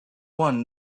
won